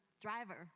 driver